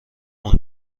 اون